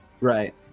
Right